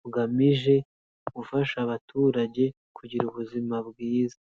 bugamije gufasha abaturage kugira ubuzima bwiza.